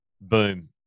boom